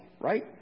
right